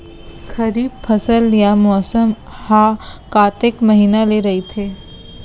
खरीफ फसल या मौसम हा कतेक महिना ले रहिथे?